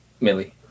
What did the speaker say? Millie